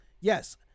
Yes